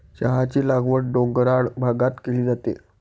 चहाची लागवड डोंगराळ भागात केली जाते